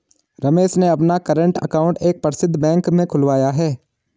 रमेश ने अपना current account एक प्रसिद्ध बैंक में खुलवाया है